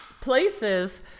places